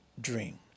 dream